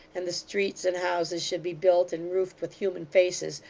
and the streets and houses should be built and roofed with human faces,